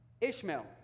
Ishmael